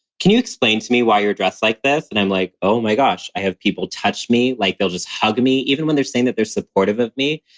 can you explain to me why you're dressed like this? and i'm like, oh, my gosh, i have people touch me. like, they'll just hugged me even when they're saying that they're supportive of me.